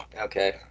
okay